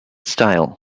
style